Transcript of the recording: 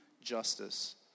justice